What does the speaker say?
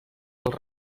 dels